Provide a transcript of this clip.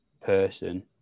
person